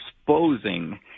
exposing